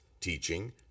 teaching